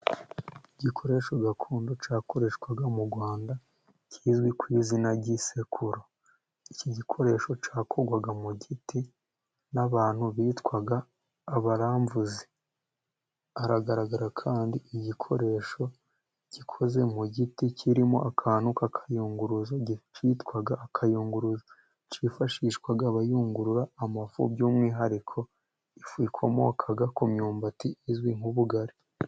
Igikoresho gakondo cyakoreshwaga mu rwanda kizwi ku izina ry'isekuru, iki gikoresho cyakorwaga mu giti n'abantu bitwaga abaramvuzi, haragaragara kandi igikoresho gikoze mu giti kirimo akantu k'akayunguruzo kitwaga akayunguruzo cyifashishwaga bayungurura amafu by'umwihariko ifu ikomoka ku myumbati izwi nk'ubugari.